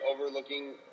overlooking